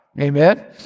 Amen